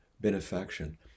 benefaction